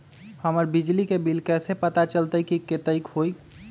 हमर बिजली के बिल कैसे पता चलतै की कतेइक के होई?